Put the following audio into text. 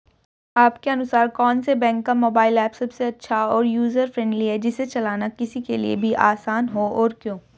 आपके अनुसार कौन से बैंक का मोबाइल ऐप सबसे अच्छा और यूजर फ्रेंडली है जिसे चलाना किसी के लिए भी आसान हो और क्यों?